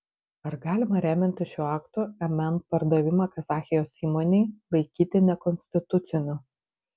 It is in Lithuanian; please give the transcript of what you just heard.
ar galima remiantis šiuo aktu mn pardavimą kazachijos įmonei laikyti nekonstituciniu